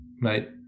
mate